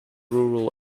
rural